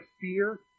fear